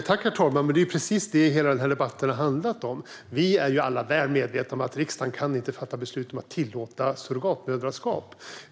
Herr talman! Det är ju precis detta som debatten har handlat om. Vi är alla väl medvetna om att riksdagen inte nu kan fatta beslut om att tillåta surrogatmoderskap.